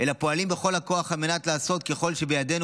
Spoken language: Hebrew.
אלא פועלים בכל הכוח על מנת לעשות ככל שבידינו